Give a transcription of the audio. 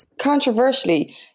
Controversially